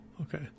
okay